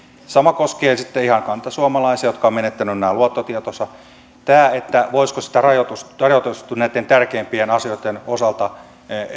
sama koskee ihan kantasuomalaisia jotka ovat menettäneet luottotietonsa tämä voisiko sitä rajoitusta muuttaa näitten tärkeimpien asioitten osalta